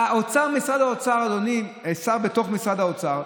השר בתוך משרד האוצר,